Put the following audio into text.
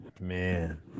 man